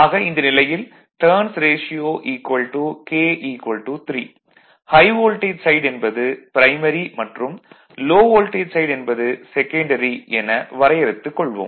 ஆக இந்த நிலையில் turns ratio k 3 high voltage side என்பது ப்ரைமரி மற்றும் லோ வோல்டேஜ் சைட் என்பது செகன்டரி என வரையறுத்துக் கொள்வோம்